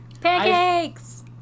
Pancakes